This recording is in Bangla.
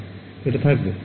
ছাত্র ছাত্রীঃ এটা থাকবে